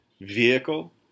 vehicle